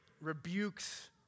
rebukes